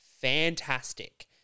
fantastic